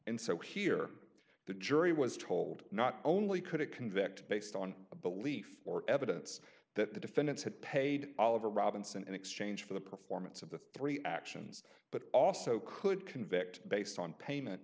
and so here the jury was told not only could it convict based on a belief or evidence that the defendants had paid all over robinson in exchange for the performance of the three actions but also could convict based on payment